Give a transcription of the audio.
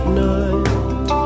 night